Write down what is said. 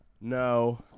No